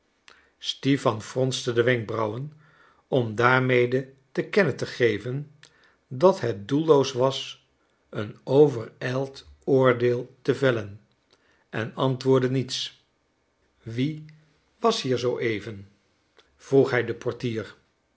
stipan fronste de wenkbrauwen om daarmede te kennen te geven dat het doelloos was een overijld oordeel te vellen en antwoordde niets wie was hier zooeven vroeg hij den portier